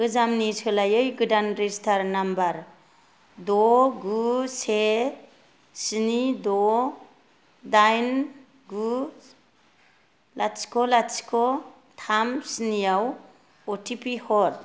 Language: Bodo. गोजामनि सोलायै गोदान रेजिस्टार नाम्बार द' गु से स्नि द' दाइन गु लाथिख' लाथिख' थाम स्नि आव अ टि पि हर